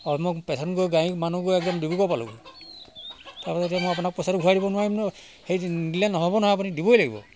patient গৈ গাড়ী মানুহ গৈ একদম ডিব্ৰুগড় পালোগৈ তাৰ পিছতে মই আপোনাক পইচাটো ঘূৰাই দিব নোৱাৰিম নহয় সেই নিদিলে নহ'ব নহয় আপুনি দিবই লাগিব